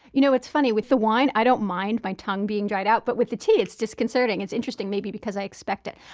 you know it's funny, with the wine i don't mind my tongue being dried out, but with the tea it's disconcerting. it's interesting maybe because i expect it.